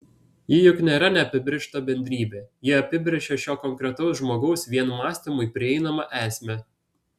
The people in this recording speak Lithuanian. ji juk nėra neapibrėžta bendrybė ji apibrėžia šio konkretaus žmogaus vien mąstymui prieinamą esmę